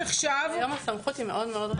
היום הסמכות היא מאוד מאוד רחבה.